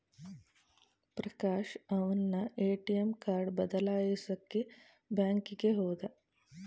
ಪ್ರಕಾಶ ಅವನ್ನ ATM card ಬದಲಾಯಿಸಕ್ಕೇ ಬ್ಯಾಂಕಿಗೆ ಹೋದ